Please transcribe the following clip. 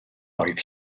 oedd